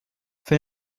für